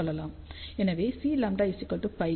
எனவே Cλ πd π10 0